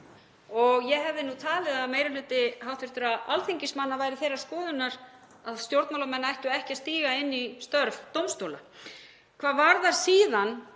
og ég hefði talið að meiri hluti hv. alþingismanna væri þeirrar skoðunar að stjórnmálamenn ættu ekki að stíga inn í störf dómstóla. Hvað varðar síðan